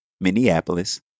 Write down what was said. Minneapolis